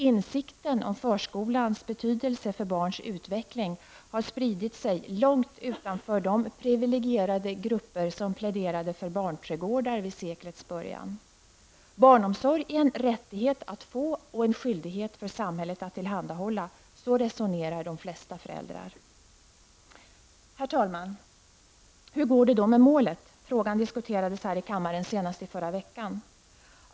Insikten om förskolans betydelse för barns utveckling har spridit sig långt utanför de privilegierade grupper som pläderade för barnträdgårdar vid seklets början. Barnomsorg är en rättighet att få och en skyldighet för samhället att tillhandahålla -- så resonerar de flesta föräldrar. Herr talman! Hur går det då med målet? Frågan diskuterades här i kammaren senast i förra veckan.